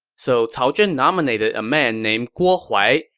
so cao zhen nominated a man named guo huai,